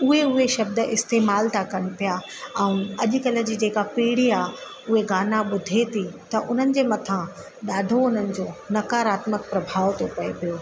उहे उहे शब्द इस्तेमाल था कनि पिया ऐं अॼुकल्ह जी जेका पीढ़ी आहे उहे गाना ॿुधे थी त उन्हनि जे मथा ॾाढो उन्हनि जो नकारात्मक प्रभाव थो पए पियो